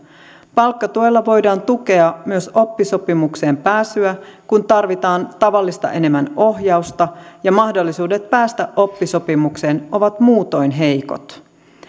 palkkatuella voidaan tukea myös oppisopimukseen pääsyä kun tarvitaan tavallista enemmän ohjausta ja mahdollisuudet päästä oppisopimukseen ovat muutoin heikot